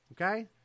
okay